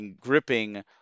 gripping